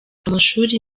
amashuri